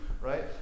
right